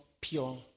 pure